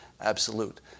absolute